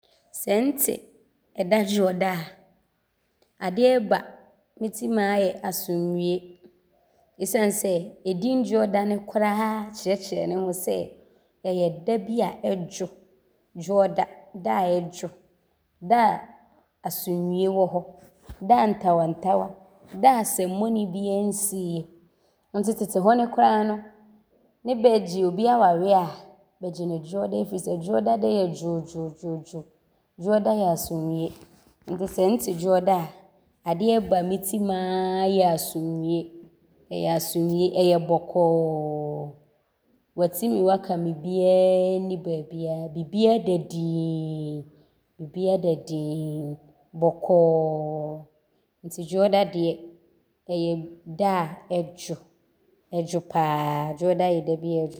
Sɛ nte da Dwoɔda a, adeɛ a ɔba ntim aa yɛ asomdwie esiane sɛ din Dwoɔda no koraa kyerɛkyerɛ ne ho sɛ, ɔyɛ da bi a ɔdwo. Dwoɔda, da a ɔdwo. Da a asomdwie wɔ hɔ, da a ntawantawa, da a asɛmmɔne biaa nsiiɛ. Nti tete hɔ no koraa no, ne bɛɛgye bi awareɛ a ne bɛgye no Dwoɔda firi sɛ Dwoɔda deɛ yɛ dwoodwoodwoo. Dwoɔda yɛ asomdwie nti sɛ nte Dwoɔda a, adeɛ a ɔba ntim aa yɛ asomdwie. Ɔyɛ asomdwie. Ɔyɛ bɔkɔɔ. Woatim woakam biaa nni baabiaa, bibiaa da din. Bibiaa da din, bɔkɔɔ nti Dwoɔda deɛ, ɔyɛ da a ɔdwo paa. Dwoɔda yɛ da bi a ɔdwo.